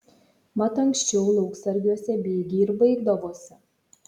mat anksčiau lauksargiuose bėgiai ir baigdavosi